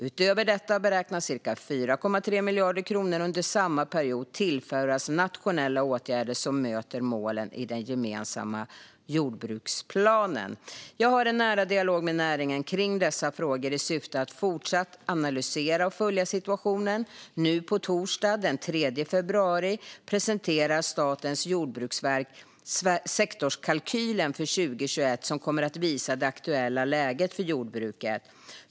Utöver detta beräknas cirka 4,3 miljarder kronor under samma period tillföras nationella åtgärder som möter målen i den gemensamma jordbrukspolitiken. Jag har en nära dialog med näringen kring dessa frågor i syfte att fortsatt analysera och följa situationen. Nu på torsdag, den 3 februari, presenterar Statens jordbruksverk sektorskalkylen för 2021, som kommer att visa det aktuella läget för jordbruket.